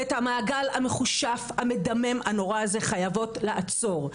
את המעגל המכושף והמדמם והנורא הזה אנחנו חייבות לעצור.